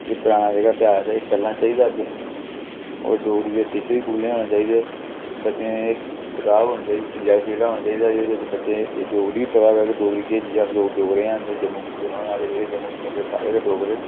पराना जेह्का इतिहास ऐ एह् चलना चाहिदा अग्गें होर डोगरी दे टीचर बी स्कूलें च होने चाहिदे बच्चें कताब होनी चाहिदी सब्जेक्ट जेह्ड़ा होना चाहिदा जेहदे बिच्च बच्चे डोगरी पता डोगरी केह् चीज ऐ अस लोग डोगरे आं ते जम्मू कश्मीर दे रौह्ने आह्ले जेह्ड़े जम्मू कश्मीर दे सारे गै डोगरे न